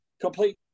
Complete